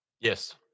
Yes